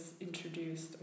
introduced